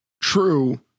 True